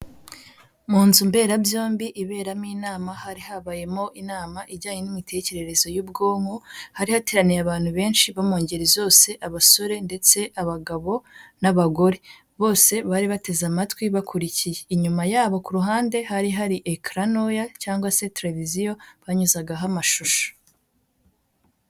Mu nzu mberabyombi iberamo inama hari habayemo inama ijyanye n'imitekerereze y'ubwonko, hari hateraniye abantu benshi bo mu ngeri zose abasore ndetse abagabo n'abagore. Bose bari bateze amatwi bakurikiye. Inyuma yabo ku ruhande hari hari ekara ntoya cyangwa se televiziyo banyuzagaho amashusho.